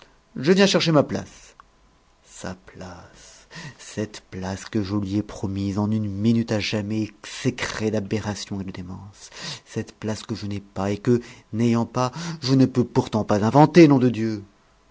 je viens chercher ma place sa place cette place que je lui ai promise en une minute à jamais exécrée d'aberration et de démence cette place que je n'ai pas et que n'ayant pas je ne peux pourtant pas inventer nom de dieu